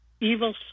evil